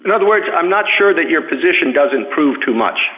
in other words i'm not sure that your position doesn't prove too much